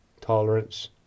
tolerance